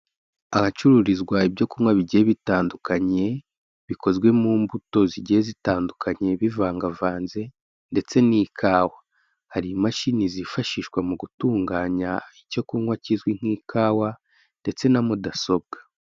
Ahacururizwa ibyo kunywa bigiye bitandukanye, bikozwe mu mbuto zigiye zitandukanye bivangavanze ndetse n'ikawa, hari imashini zifashishwa mu gutunganya icyo kunywa kizwi nk'ikawa ndetse na mudasobwa.